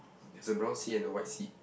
there's a brown seat and a white seat